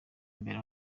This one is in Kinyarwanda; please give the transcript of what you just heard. mbere